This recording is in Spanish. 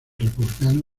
republicano